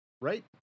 right